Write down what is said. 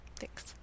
thanks